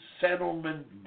settlement